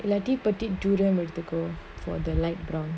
இல்லாட்டி:illaati put it juram எடுத்துக்கோ:eduthuko for the light brown